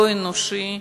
לא אנושי,